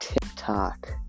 TikTok